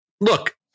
look